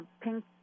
pink